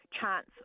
chance